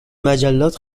مجلات